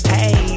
Hey